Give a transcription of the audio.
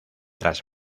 tras